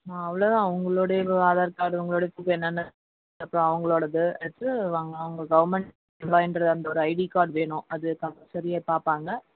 ஆ அவ்வளோ தான் அவங்களோடைய ஆதார் கார்டு உங்களோடைய ஃப்ரூப் என்னென்ன இருக்கோ அவங்களோடது வச்சு வாங்கலாம் அவங்க கவர்ன்மண்ட் எம்ப்ளாயின்ற அந்த ஒரு ஐடி கார்டு வேணும் அது கம்பல்சரியாக பார்ப்பாங்க